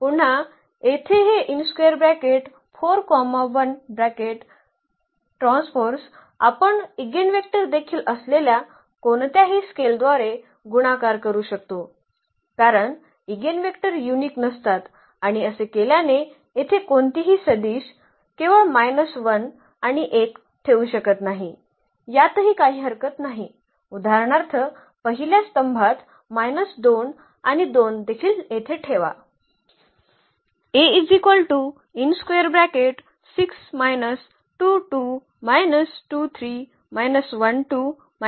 पुन्हा येथे हे आपण इगेनवेक्टर देखील असलेल्या कोणत्याही स्केलरद्वारे गुणाकार करू शकतो कारण ईगेनवेक्टर युनिक नसतात आणि असे केल्याने येथे कोणतीही सदिश केवळ 1 आणि 1 ठेवू शकत नाही यातही काही हरकत नाही उदाहरणार्थ पहिल्या स्तंभात 2 आणि 2 देखील येथे ठेवा